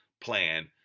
plan